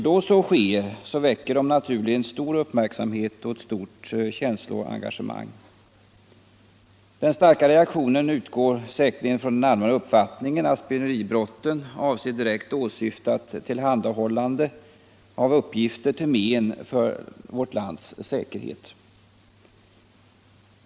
Då så sker, väcker de naturligen stor uppmärksamhet och ett stort känsloengagemang. Den starka reaktionen utgår säkerligen från den allmänna uppfattningen att spioneribrotten avser direkt åsyftat tillhandahållande av uppgifter till men för vårt lands säkerhet.